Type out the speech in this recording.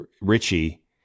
richie